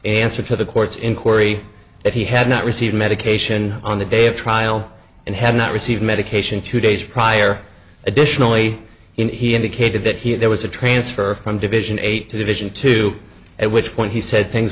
answer to the court's inquiry that he had not received medication on the day of trial and had not received medication two days prior additionally he indicated that he there was a transfer from division eight to division two at which point he said things